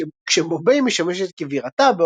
כשבומביי משמשת כבירתה,